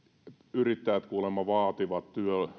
yrittäjät kuulemma vaativat